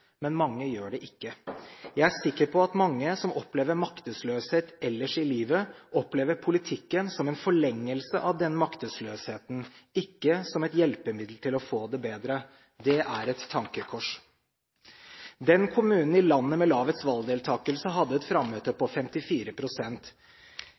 men mange gjør det ikke. Jeg er sikker på at mange som opplever maktesløshet ellers i livet, opplever politikken som en forlengelse av den maktesløsheten, ikke som et hjelpemiddel til å få det bedre. Det er et tankekors. Den kommunen i landet som hadde lavest valgdeltakelse, hadde et frammøte